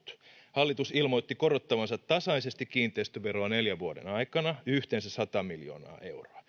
hallitus ilmoitti korottavansa tasaisesti kiinteistöveroa neljän vuoden aikana yhteensä sata miljoonaa euroa